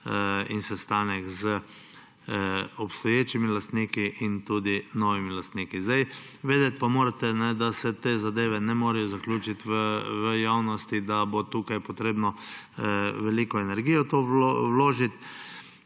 in sestanek z obstoječimi lastniki ter tudi novimi lastniki. Vedeti pa morate, da se te zadeve ne morejo zaključiti v javnosti, da bo treba veliko energije v to vložiti.